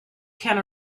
can